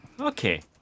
Okay